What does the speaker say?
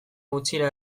gutxira